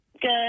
good